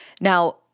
Now